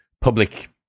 public